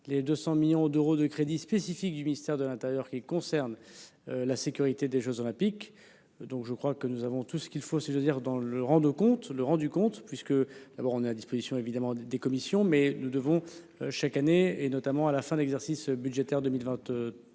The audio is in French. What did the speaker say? Les 200 millions d'euros de crédits spécifiques du ministère de l'intérieur qui concerne. La sécurité des Jeux olympiques. Donc je crois que nous avons tout ce qu'il faut, si j'ose dire dans le rende compte le rendu compte puisque d'abord, on est à disposition évidemment des des commissions mais nous devons chaque année et notamment à la fin de l'exercice budgétaire 2024